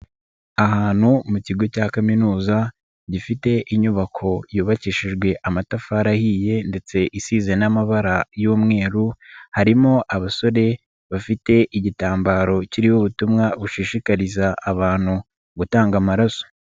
Ahantu mu kigo cya kaminuza gifite inyubako yubakishijwe amatafari ahiye ndetse isize n'amabara y'umweru harimo abasore bafite igitambaro kiriho ubutumwa bushishikariza abantu gutanga amaraso.